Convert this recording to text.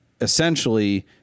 essentially